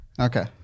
Okay